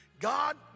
God